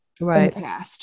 Right